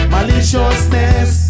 Maliciousness